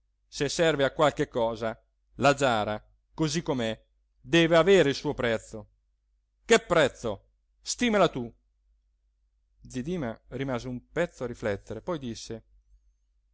se serve a qualche cosa la giara così com'è deve avere il suo prezzo che prezzo stimala tu zi dima rimase un pezzo a riflettere poi disse